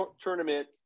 tournament